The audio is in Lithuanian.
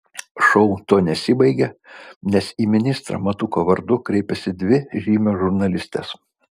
šou tuo nesibaigia nes į ministrą matuko vardu kreipiasi dvi žymios žurnalistės